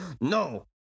No